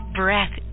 breath